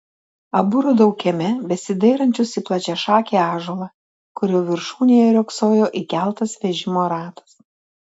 abu radau kieme besidairančius į plačiašakį ąžuolą kurio viršūnėje riogsojo įkeltas vežimo ratas